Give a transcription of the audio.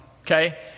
okay